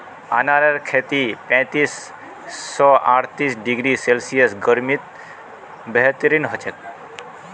अनारेर खेती पैंतीस स अर्तीस डिग्री सेल्सियस गर्मीत बेहतरीन हछेक